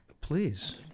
please